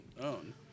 own